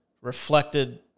reflected